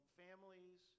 families